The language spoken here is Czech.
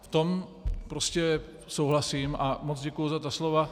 V tom prostě souhlasím a moc děkuji za ta slova.